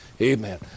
Amen